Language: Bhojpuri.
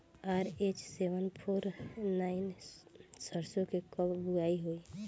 आर.एच सेवेन फोर नाइन सरसो के कब बुआई होई?